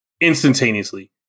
instantaneously